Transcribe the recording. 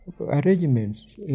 arrangements